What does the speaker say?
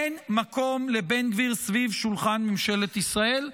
אין מקום לבן גביר סביב שולחן ממשלת ישראל,